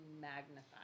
magnified